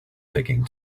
picking